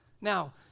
Now